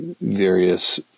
various